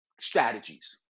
strategies